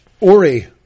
Ori